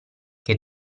che